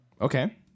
Okay